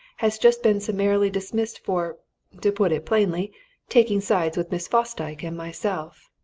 has just been summarily dismissed for to put it plainly taking sides with miss fosdyke and myself.